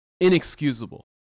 Inexcusable